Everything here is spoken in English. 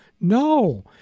No